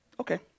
Okay